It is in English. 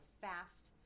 fast